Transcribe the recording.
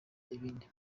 ibindi